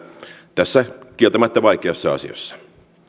tässä kieltämättä vaikeassa asiassa